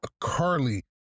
Carly